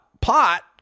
Pot